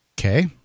Okay